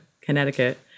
Connecticut